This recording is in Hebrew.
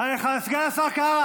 בפעם הבאה שאתה בא לבקש, סגן השר קארה.